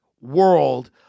World